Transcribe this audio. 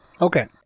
okay